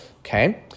okay